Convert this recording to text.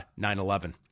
9-11